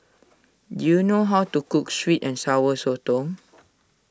do you know how to cook Sweet and Sour Sotong